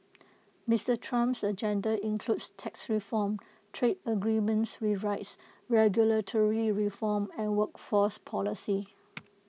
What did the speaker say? Mister Trump's agenda includes tax reform trade agreement rewrites regulatory reform and workforce policy